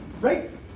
right